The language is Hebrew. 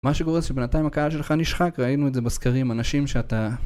מה שגורס שבינתיים הקהל שלך נשחק ראינו את זה בסקרים אנשים שאתה